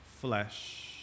flesh